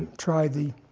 try the